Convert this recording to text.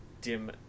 dim